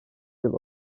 yıl